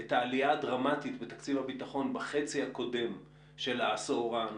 את העלייה הדרמטית בתקציב הביטחון בחצי הקודם של העשור הנוכחי,